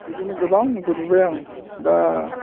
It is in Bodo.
बिदिनो गोबां गुरबोबाय आं दा